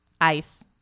Ice